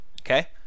okay